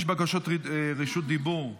יש בקשות רשות דיבור.